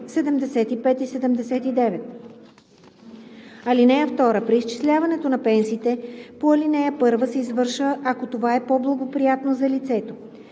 75 и 79. (2) Преизчисляването на пенсиите по ал. 1 се извършва ако това е по-благоприятно за лицето.“